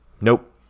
nope